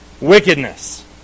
wickedness